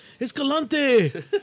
Escalante